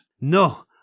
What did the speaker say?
No